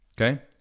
okay